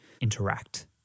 interact